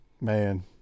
man